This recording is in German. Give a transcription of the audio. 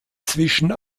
zwischen